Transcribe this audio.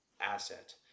asset